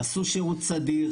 עשו שירות סדיר.